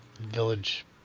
village